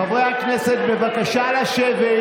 חברי הכנסת, בבקשה לשבת.